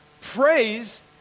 Praise